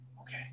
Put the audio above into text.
okay